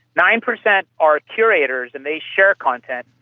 nine percent are curators and they share content.